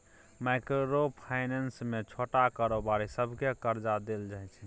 micro finance मे छोट कारोबारी सबकेँ करजा देल जाइ छै